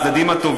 סגן השר,